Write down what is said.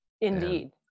Indeed